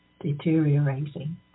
deteriorating